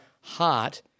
heart